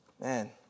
man